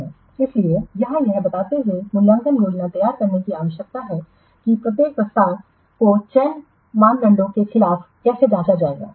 इसलिए यहां यह बताते हुए मूल्यांकन योजना तैयार करने की आवश्यकता है कि प्रत्येक प्रस्ताव को चयन मानदंडों के खिलाफ कैसे जांचा जाएगा